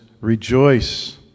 rejoice